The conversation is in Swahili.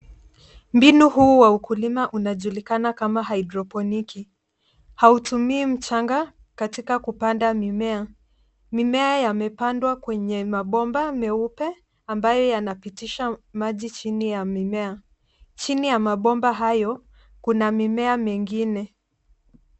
Mbinu huu wa ukulima unajulikana kama haedroponiki. Hautumii mchanga katika kupanda mimea. Mimea yamepandwa kwenye mabomba meupe ambayo yanapitisha maji chini ya mimea. Chini ya mabomba hayo, kuna mimea mengine.